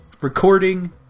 recording